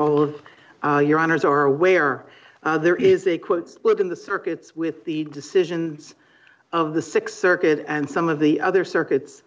all of your honors are away or there is a quote within the circuits with the decisions of the six circuit and some of the other circuits